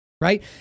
Right